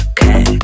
Okay